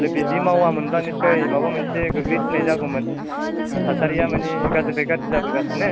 आरो बिदि मावामोनब्ला निस्सय माबा मोनसे गोग्लैसिननाय जागौमोन आरो थासारिया माने गाज्रिनिफ्राय गाज्रि जाबोगासिनो